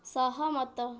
ସହମତ